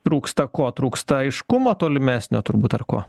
trūksta ko trūksta aiškumo tolimesnio turbūt ar ko